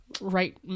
right